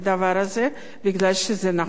כי זה נכון ויותר צודק.